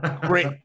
great